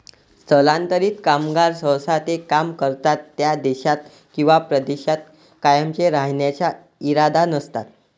स्थलांतरित कामगार सहसा ते काम करतात त्या देशात किंवा प्रदेशात कायमचे राहण्याचा इरादा नसतात